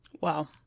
Wow